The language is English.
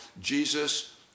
Jesus